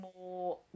more